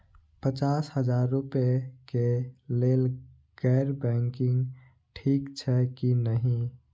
पचास हजार रुपए के लेल गैर बैंकिंग ठिक छै कि नहिं?